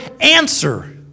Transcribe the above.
answer